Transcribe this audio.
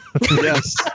Yes